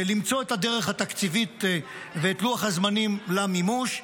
למצוא את הדרך התקציבית ואת לוח הזמנים למימוש.